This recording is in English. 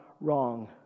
wrong